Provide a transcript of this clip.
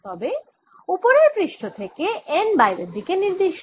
তবে উপরের পৃষ্ঠ থেকে n বাইরের দিকে নির্দিষ্ট